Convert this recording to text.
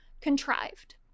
contrived